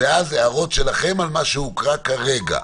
ואז הערות שלכם על מה שהוקרא כרגע.